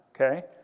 okay